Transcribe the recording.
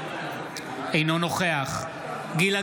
אינו נוכח גילה